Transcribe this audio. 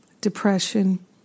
depression